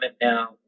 now